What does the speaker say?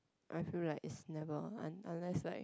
I feel like is never un~ unless like